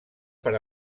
per